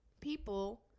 people